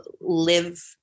live